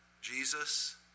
Jesus